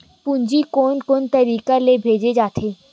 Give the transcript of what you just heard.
पूंजी कोन कोन तरीका ले भेजे जाथे?